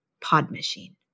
PodMachine